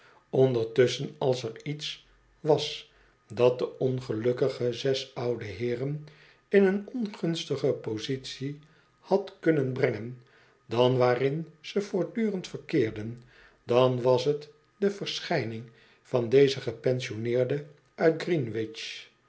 ondertusschen als er iets was dat de ongelukkige zes oude heeren in een ongunstiger positie had kunnen brengen dan waarin ze voortdurend verkeerden dan was t de verschijning van dezen gepensioneerde